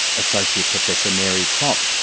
associate professor mary crock,